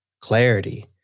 clarity